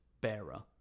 bearer